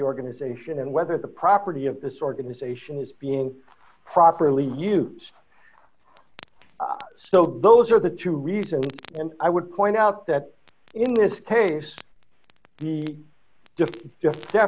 organization and whether the property of this organization is being properly used so those are the two reasons and i would point out that in this case the just just